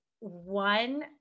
one